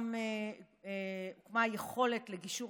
הוקמה יכולת לגישור